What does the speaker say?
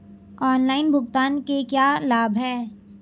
Online भुगतान के क्या लाभ हैं?